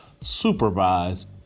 supervised